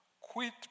quit